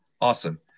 Awesome